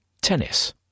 Tennis